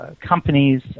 companies